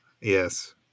yes